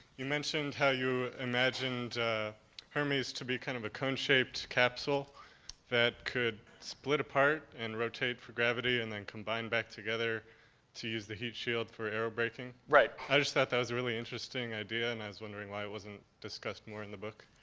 you mentioned how you imagined hermes to be kind of a cone-shaped capsule that could split apart and rotate for gravity and then combine back together to use the heat shield for aero-braking. right. i just thought that was a really interesting idea, and i was wondering why it wasn't discussed more in the book.